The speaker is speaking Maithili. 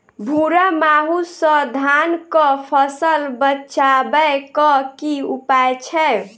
भूरा माहू सँ धान कऽ फसल बचाबै कऽ की उपाय छै?